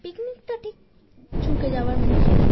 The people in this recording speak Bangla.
পিকনিক তো ঠিক চুকে যাওয়ার মুখে